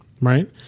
Right